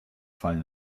fallen